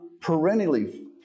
perennially